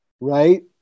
right